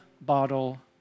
bottle